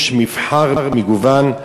יש מבחר מגוון,